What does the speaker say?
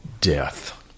death